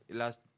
last